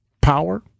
power